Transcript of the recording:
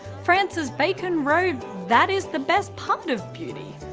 francis bacon wrote that is the best part of beauty,